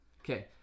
okay